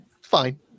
fine